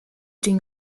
doing